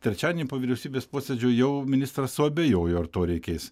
trečiadienį po vyriausybės posėdžio jau ministras suabejojo ar to reikės